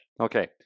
Okay